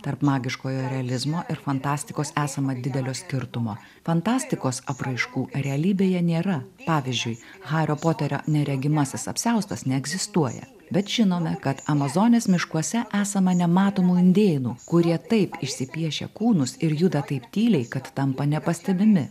tarp magiškojo realizmo ir fantastikos esama didelio skirtumo fantastikos apraiškų realybėje nėra pavyzdžiui hario poterio neregimasis apsiaustas neegzistuoja bet žinome kad amazonės miškuose esama nematomų indėnų kurie taip išsipiešia kūnus ir juda taip tyliai kad tampa nepastebimi